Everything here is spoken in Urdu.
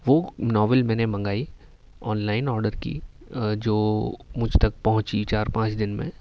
وہ ناول میں نے منگائی آن لائن اوڈر کی جو مجھ تک پہنچی چار پانچ دن میں